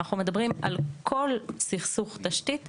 אנחנו מדברים על כל סכסוך תשתית,